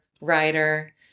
writer